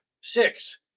six